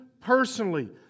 personally